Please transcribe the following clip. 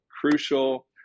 crucial